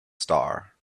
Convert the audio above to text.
star